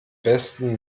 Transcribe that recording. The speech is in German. besten